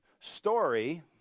story